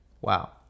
Wow